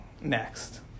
next